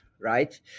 Right